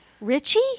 Richie